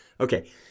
Okay